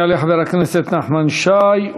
יעלה חבר הכנסת נחמן שי,